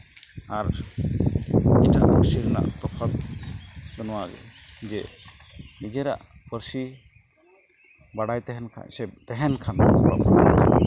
ᱟᱨ ᱮᱴᱟᱜ ᱯᱟᱹᱨᱥᱤ ᱨᱮᱱᱟᱜ ᱛᱚᱯᱷᱟᱛ ᱫᱚ ᱱᱚᱣᱟᱜᱮ ᱡᱮ ᱱᱤᱡᱮᱨᱟᱜ ᱯᱟᱹᱨᱥᱤ ᱵᱟᱲᱟᱭ ᱛᱟᱦᱮᱱ ᱠᱷᱟᱡ ᱥᱮ ᱛᱟᱦᱮᱱ ᱠᱷᱟᱱ